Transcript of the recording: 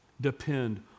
depend